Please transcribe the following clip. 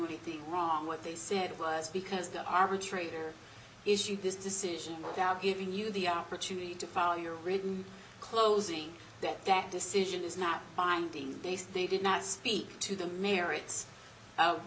anything wrong what they said was because the arbitrator issued this decision now giving you the opportunity to follow your written closing that gap decision is not binding based they did not speak to the merits of